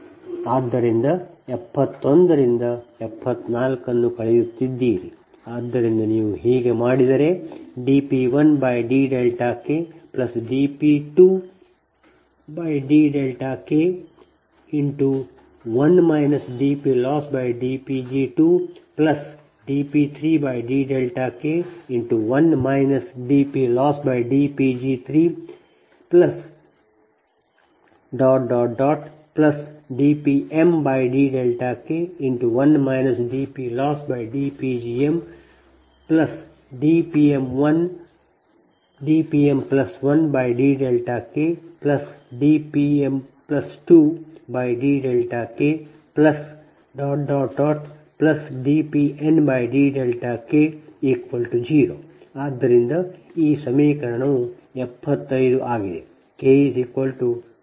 ಆದ್ದರಿಂದ ನೀವು 71 ರಿಂದ 74 ಅನ್ನು ಕಳೆಯುತ್ತಿದ್ದೀರಿ ಆದ್ದರಿಂದ ನೀವು ಹಾಗೆ ಮಾಡಿದರೆ dP1dKdP2dK1 dPLossdPg2dP3dK1 dPLossdPg3dPmdK1 dPLossdPgmdPm1dKdPm2dKdPndK0 ಆದ್ದರಿಂದ ಈ ಸಮೀಕರಣವು 75 ಆಗಿದೆ k 23 n